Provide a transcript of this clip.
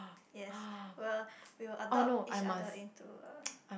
yes we'll we will adopt each other into a